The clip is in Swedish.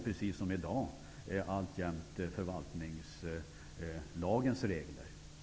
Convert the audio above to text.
Precis som i dag fanns ju förvaltningslagens regler.